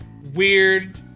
weird